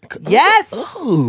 Yes